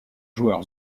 joueur